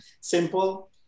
simple